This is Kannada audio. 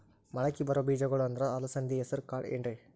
ಮಳಕಿ ಬರೋ ಬೇಜಗೊಳ್ ಅಂದ್ರ ಅಲಸಂಧಿ, ಹೆಸರ್ ಕಾಳ್ ಏನ್ರಿ?